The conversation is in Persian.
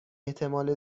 احتمال